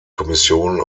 kommission